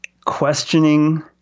Questioning